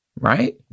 Right